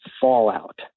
fallout